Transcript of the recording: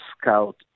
scout